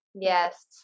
Yes